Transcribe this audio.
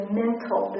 mental